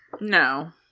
No